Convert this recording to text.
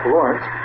Lawrence